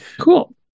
Cool